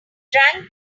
drank